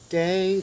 day